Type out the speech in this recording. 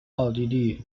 奥地利